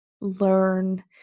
learn